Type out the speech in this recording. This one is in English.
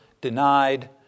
denied